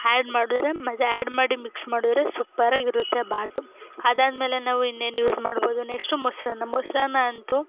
had ಮಾಡಿದ್ರೆ ಮಜಾ add ಮಾಡಿ ಮಿಕ್ಸ್ ಮಾಡಿದ್ರೆ ಸೂಪರಾಗಿರುತ್ತೆ ಬಾತು ಅದಾದ್ಮೇಲೆ ನಾವು ಇನ್ನೇನು ಯೂಸ್ ಮಾಡ್ಬೋದು ನೆಕ್ಸ್ಟು ಮೊಸರನ್ನ ಮೊಸರನ್ನ ಅಂತೂ